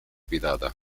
pidada